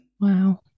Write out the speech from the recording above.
Wow